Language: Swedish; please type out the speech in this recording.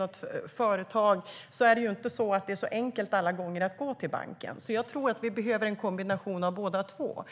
ett företag är det inte alltid så enkelt att gå till banken. Vi behöver alltså en kombination av båda två.